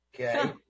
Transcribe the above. okay